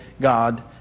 God